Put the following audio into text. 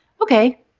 Okay